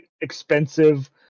expensive